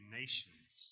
nations